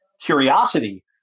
curiosity